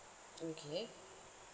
okay